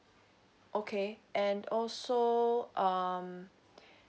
okay and also um